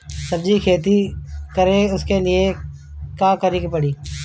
सब्जी की खेती करें उसके लिए का करिके पड़ी?